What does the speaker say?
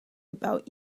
about